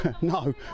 no